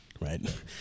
right